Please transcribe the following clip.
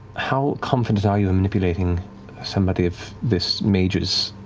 how confident are you in manipulating somebody of this mage's